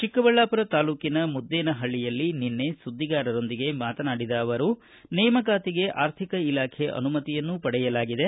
ಚಿಕ್ಕಬಳ್ಳಾಮರ ತಾಲ್ಲೂಕಿನ ಮುದ್ದೇನಪಳ್ಳಿಯಲ್ಲಿ ಸುದ್ದಿಗಾರರೊಂದಿಗೆ ಮಾತನಾಡಿದ ಅವರು ನೇಮಕಾತಿಗೆ ಅರ್ಥಿಕ ಇಲಾಖೆ ಅನುಮತಿಯನ್ನೂ ಪಡೆಯಲಾಗಿದೆ